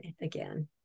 again